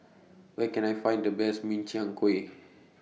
Where Can I Find The Best Min Chiang Kueh